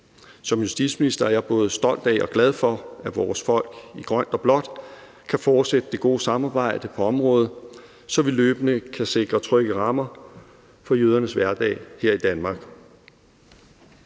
Som justitsminister er jeg både stolt af og glad for, at vores folk i grønt og blåt kan fortsætte det gode samarbejde på området, så vi løbende kan sikre trygge rammer for jødernes hverdag her i Danmark.